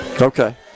okay